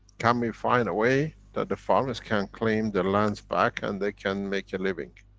can we find a way that the farmers can claim the lands back and they can make a living?